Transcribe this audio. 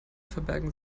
verbergen